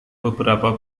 beberapa